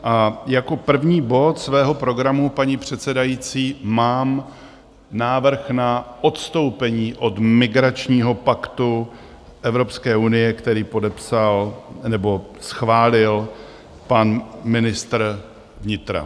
A jako první bod svého programu, paní předsedající, mám návrh na odstoupení od migračního paktu Evropské unie, který podepsal, nebo schválil pan ministr vnitra.